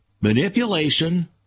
manipulation